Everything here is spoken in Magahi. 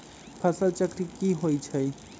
फसल चक्र की होइ छई?